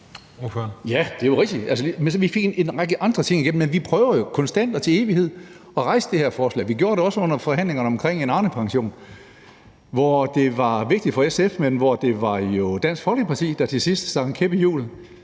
Ja, det er rigtigt – altså, vi fik en række andre ting igennem, men vi prøver jo konstant og til evighed at rejse det her forslag. Vi gjorde det også under forhandlingerne omkring en Arnepension, hvor det var vigtigt for SF, men hvor det jo var Dansk Folkeparti, der til sidst stak en kæp i hjulet.